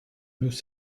nous